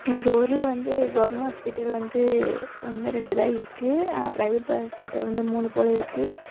எங்கள் ஊரில் வந்து கவுர்மெண்ட் ஹாஸ்பிட்டல் வந்து ஒன்னு ரெண்டு தான் இருக்குது ஆனால் ப்ரைவேட் ஹாஸ்பிட்டல் வந்து மூணு போல இருக்குது